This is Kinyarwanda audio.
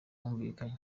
bumvikanye